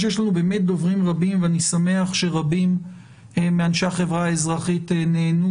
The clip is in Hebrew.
אני שמח שרבים מנציגי החברה האזרחית נענו